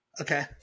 Okay